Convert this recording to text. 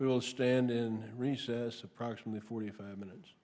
that will stand in recess approximately forty five minutes